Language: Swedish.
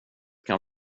kan